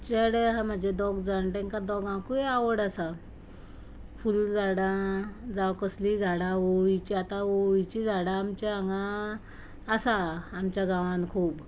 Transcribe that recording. चेडे आसा म्हजे दोग जाण तांकां दोगांकूय आवड आसा फूल झाडां जावं कसलीं झाडां ओंवळीचीं आतां ओंवळीचीं झाडां आमचे हांगा आसा आमच्या गांवांत खूब